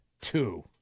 two